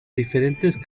diferentes